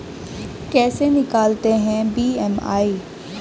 कैसे निकालते हैं बी.एम.आई?